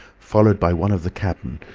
followed by one of the cabmen,